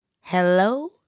Hello